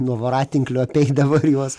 nuo voratinklių apeidavo ir juos